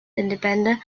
independent